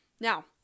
Now